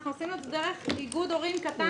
אנחנו עשינו את זה דרך איגוד הורים קטן,